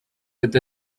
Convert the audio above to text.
with